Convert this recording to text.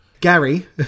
Gary